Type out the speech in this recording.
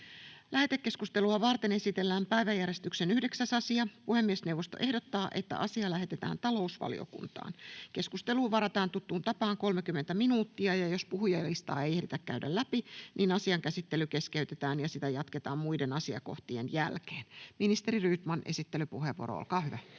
Lähetekeskustelua varten esitellään päiväjärjestyksen 11. asia. Puhemiesneuvosto ehdottaa, että asia lähetetään maa- ja metsätalousvaliokuntaan. Keskusteluun varataan tuttuun tapaan enintään 30 minuuttia. Ellei puhujalistaa ehditä käydä loppuun, asian käsittely keskeytetään ja sitä jatketaan muiden kohtien jälkeen. — Ministeri Essayah, esittelypuheenvuoro, olkaa hyvä.